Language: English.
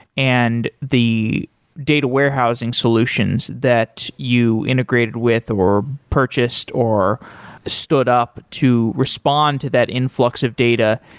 and the data warehousing solutions that you integrated with, or purchased, or stood up to respond to that influx of data.